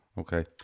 Okay